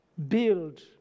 Build